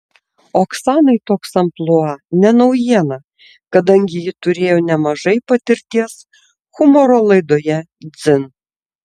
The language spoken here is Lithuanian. oksanai toks amplua ne naujiena kadangi ji turėjo nemažai patirties humoro laidoje dzin